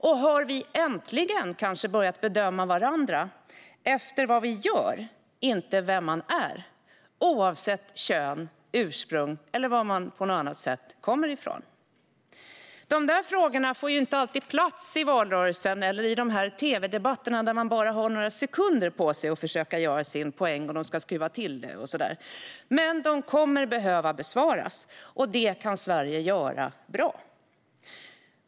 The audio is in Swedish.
Och har vi äntligen kanske börjat bedöma varandra efter vad man gör, inte vem man är, oavsett kön, ursprung eller var man på annat sätt kommer från? Dessa frågor får inte alltid plats i valrörelsen eller i tv-debatterna, där man bara har några sekunder på sig att försöka göra sin poäng, och det ska skruvas till. Men de kommer att behöva besvaras, och det kan Sverige göra bra.